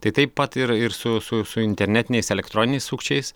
tai taip pat ir ir su su su internetiniais elektroniniais sukčiais